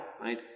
right